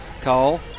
Cole